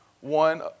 one